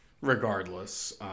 regardless